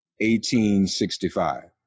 1865